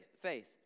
faith